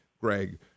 Greg